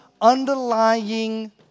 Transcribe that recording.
underlying